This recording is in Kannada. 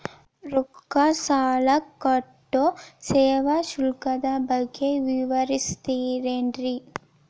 ರೊಕ್ಕ ಕಳಸಾಕ್ ಕಟ್ಟೋ ಸೇವಾ ಶುಲ್ಕದ ಬಗ್ಗೆ ವಿವರಿಸ್ತಿರೇನ್ರಿ?